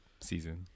season